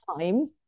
time